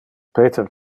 peter